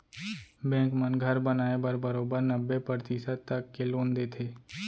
bank मन घर बनाए बर बरोबर नब्बे परतिसत तक के लोन देथे